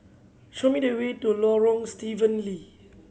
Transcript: show me the way to Lorong Stephen Lee